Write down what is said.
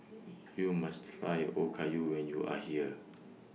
YOU must Try Okayu when YOU Are here